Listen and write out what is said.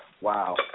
wow